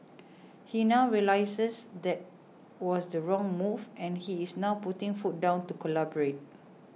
he now realises that was the wrong move and he is now putting foot down to collaborate